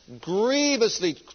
Grievously